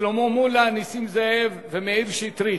שלמה מולה, נסים זאב ומאיר שטרית.